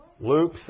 Luke